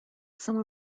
some